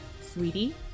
Sweetie